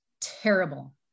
terrible